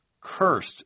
Cursed